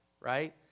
right